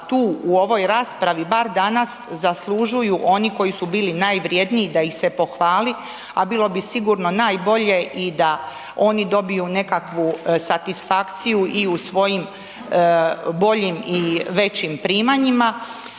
tu u ovoj raspravi bar danas zaslužuju oni koji su bili najvrjedniji da ih se pohvali, a bilo bi sigurno najbolje i da oni dobiju nekakvu satisfakciju i u svojim boljim i većim primanjima